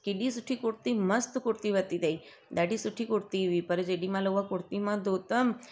केॾी सुठी कुर्ती मस्तु कुर्ती वरिती अथईं ॾाढी सुठी कुर्ती हुई पर जेॾीमहिल हूअ कुर्ती मां धोतमि